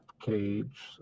cage